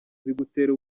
bigutera